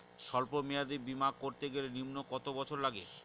সল্প মেয়াদী বীমা করতে গেলে নিম্ন কত বছর লাগে?